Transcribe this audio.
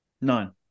None